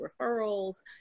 referrals